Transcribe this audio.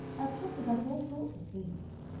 i've hunted up all sorts of things.